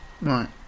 Right